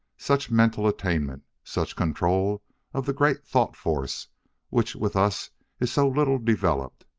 such mental attainment! such control of the great thought-force which with us is so little developed!